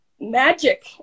magic